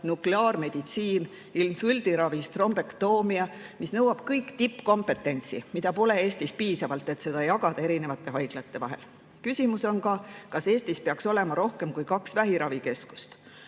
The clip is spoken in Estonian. nukleaarmeditsiin, insuldiravis trombektoomia, mis kõik nõuavad tippkompetentsi, mida aga pole Eestis piisavalt, et seda jagada erinevate haiglate vahel. Küsimus on ka, kas Eestis peaks olema rohkem kui kaks vähiravikeskust.